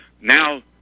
Now